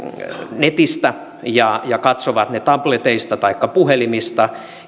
netistä ja ja katsovat ne tableteista tai puhelimista